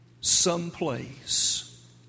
someplace